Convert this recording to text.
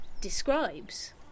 describes